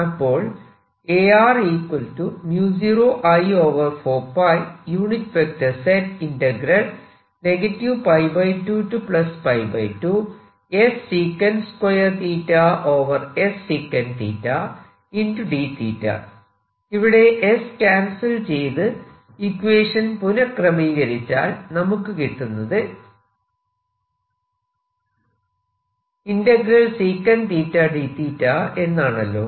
അപ്പോൾ ഇതിലെ s cancel ചെയ്ത് ഇക്വേഷൻ പുനഃക്രമീകരിച്ചാൽ നമുക്ക് കിട്ടുന്നത് d എന്നാണല്ലോ